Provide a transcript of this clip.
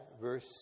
verse